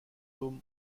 tom